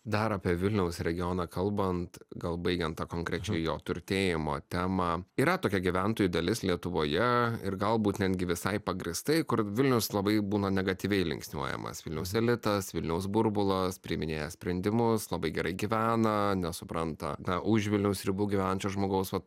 dar apie vilniaus regioną kalbant gal baigiant tą konkrečiai jo turtėjimo temą yra tokia gyventojų dalis lietuvoje ir galbūt netgi visai pagrįstai kur vilnius labai būna negatyviai linksniuojamas vilniaus elitas vilniaus burbulas priiminėja sprendimus labai gerai gyvena nesupranta na už vilniaus ribų gyvenančio žmogaus va